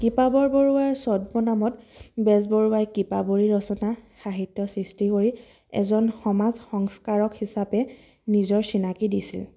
কৃপাবৰ বৰুৱাৰ ছদ্মনামত বেজবৰুৱাই কৃপাবৰী ৰচনা সাহিত্য সৃষ্টি কৰি এজন সমাজ সংস্কাৰক হিচাপে নিজৰ চিনাকী দিছিল